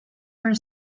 her